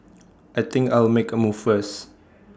I think I'll make A move first